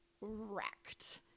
wrecked